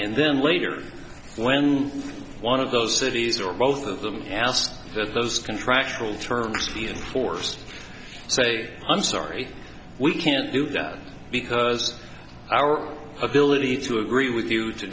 and then later when one of those cities or both of them ask for those contractual terms of the force say i'm sorry we can't do that because our ability to agree with you to